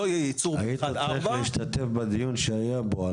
היית צריך להשתתף בדיון שהיה כאן.